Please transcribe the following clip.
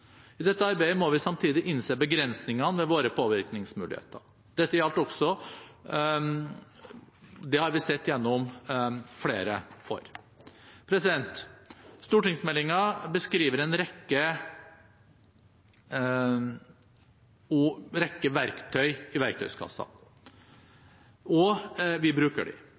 I dette arbeidet må vi samtidig innse begrensningene ved våre påvirkningsmuligheter. Det har vi sett gjennom flere år. Stortingsmeldingen beskriver en rekke verktøy i verktøykassen, og vi bruker